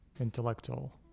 intellectual